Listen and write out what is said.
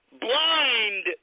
blind